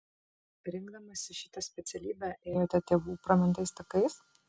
rinkdamasi šitą specialybę ėjote tėvų pramintais takais